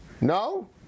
No